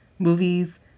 Movies